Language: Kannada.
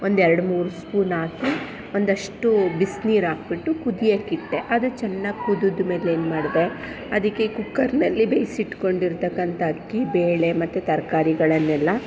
ಒಂದೆರ್ಡು ಮೂರು ಸ್ಪೂನ್ ಹಾಕಿ ಒಂದಷ್ಟು ಬಿಸಿನೀರಾಕ್ಬಿಟ್ಟು ಕುದಿಯೋಕ್ಕಿಟ್ಟೆ ಅದು ಚೆನ್ನಾಗಿ ಕುದಿದ್ಮೇಲೇನು ಮಾಡಿದೆ ಅದಕ್ಕೆ ಕುಕ್ಕರಿನಲ್ಲಿ ಬೇಯಿಸಿಟ್ಕೊಂಡಿರ್ತಕ್ಕಂಥ ಅಕ್ಕಿ ಬೇಳೆ ಮತ್ತೆ ತರಕಾರಿಗಳನ್ನೆಲ್ಲ